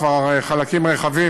כבר חלקים רחבים,